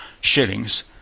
shillings